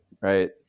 right